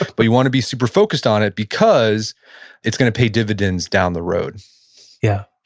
like but you want to be super focused on it because it's going to pay dividends down the road yeah.